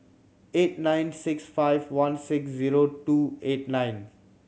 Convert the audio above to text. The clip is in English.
eight nine six five one six zero two eight nine